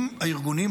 עם הארגונים,